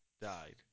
died